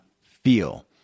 feel